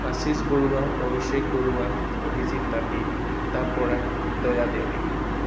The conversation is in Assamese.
আচীচ বৰুৱা অভিশেক বৰুৱা অভিজিত তাঁতী খিতাপ বৰা দয়া দেউৰী